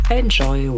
enjoy